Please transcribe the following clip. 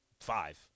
five